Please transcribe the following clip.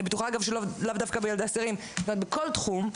אני בטוחה שלאו דווקא בילדי אסירים, אלא בכל תחום.